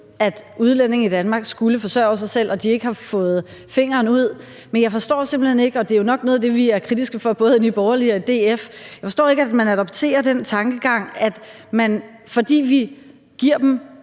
at udlændinge i Danmark skulle forsørge sig selv, og at man ikke har fået fingeren ud. Men jeg forstår simpelt hen ikke – og det er jo nok noget af det, som både Nye Borgerlige og DF er kritiske over for – at man adopterer den tankegang, at man, fordi vi giver dem